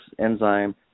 enzyme